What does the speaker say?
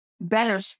better